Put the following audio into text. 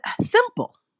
Simple